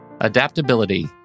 adaptability